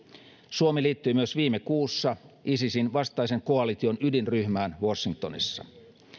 suomi liittyi viime kuussa myös isisin vastaisen koalition ydinryhmään washingtonissa